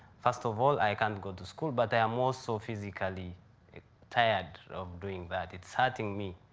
first of all, i can't go to school, but i am also physically tired of doing that. it's hurting me.